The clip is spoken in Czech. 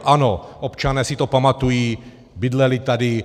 Ano, občané si to pamatují, bydleli tady.